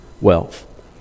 wealth